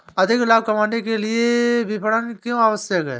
अधिक लाभ कमाने के लिए विपणन क्यो आवश्यक है?